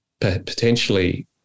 potentially